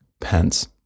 Pence